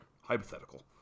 hypothetical